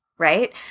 right